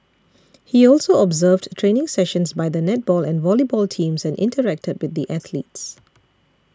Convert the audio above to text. he also observed training sessions by the netball and volleyball teams and interacted with the athletes